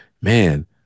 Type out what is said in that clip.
man